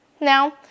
now